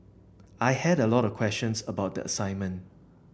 I had a lot of questions about the assignment